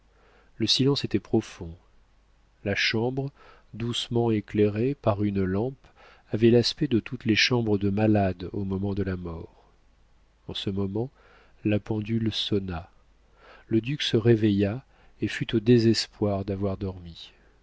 le silence était profond la chambre doucement éclairée par une lampe avait l'aspect de toutes les chambres de malades au moment de la mort a ce moment la pendule sonna le duc se réveilla et fut au désespoir d'avoir dormi